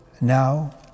now